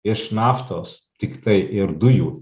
iš naftos tiktai ir dujų